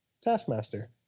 Taskmaster